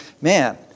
man